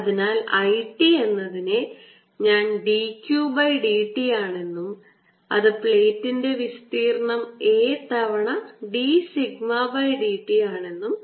അതിനാൽ I t എന്നതിനെ ഞാൻ d q by d t ആണെന്നും അത് പ്ലേറ്റിന്റെ വിസ്തീർണ്ണം A തവണ d sigma by d t ആണെന്നും എഴുതാം